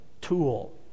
tool